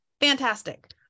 fantastic